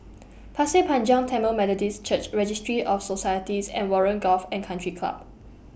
Pasir Panjang Tamil Methodist Church Registry of Societies and Warren Golf and Country Club